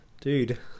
dude